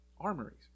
armories